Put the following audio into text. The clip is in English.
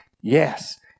Yes